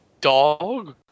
dog